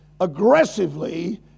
aggressively